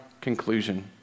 conclusion